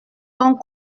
donc